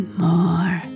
more